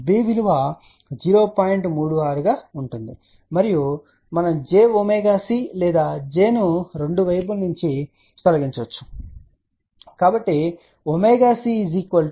36 గా ఉంటుందని మీరు చూడవచ్చు మరియు మనము jωC లేదా j ను రెండు వైపుల నుండి తొలగించబడిందని చెప్పవచ్చు